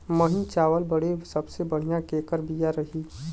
महीन चावल बदे सबसे बढ़िया केकर बिया रही?